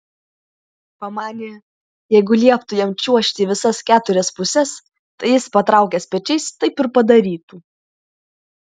pamanė jeigu lieptų jam čiuožti į visas keturias puses tai jis patraukęs pečiais taip ir padarytų